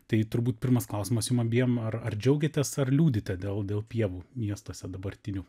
tai turbūt pirmas klausimas jum abiem ar ar džiaugiatės ar liūdite dėl dėl pievų miestuose dabartinių